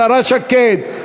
השרה שקד,